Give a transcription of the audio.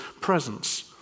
presence